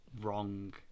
wrong